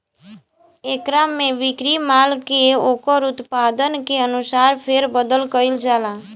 एकरा में बिक्री माल के ओकर उत्पादन के अनुसार फेर बदल कईल जाला